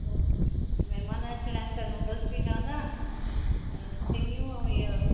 महिमान अचणा आहिनि त नूड्लस बि ठवंदा ऐं सींघियूं ऐं हीअ